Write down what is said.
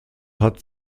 hat